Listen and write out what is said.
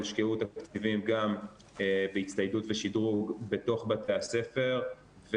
הושקעו תקציבים גם בהצטיידות ושדרוג בתוך בתי הספר.